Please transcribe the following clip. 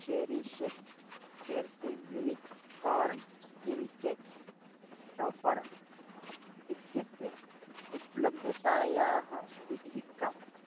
चेरिशेक्स् cursive unicorn theme cake topper इत्यस्य उपलब्धतायाः स्थितिः का